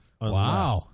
wow